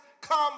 come